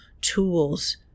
tools